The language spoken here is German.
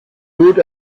ruht